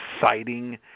exciting